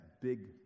big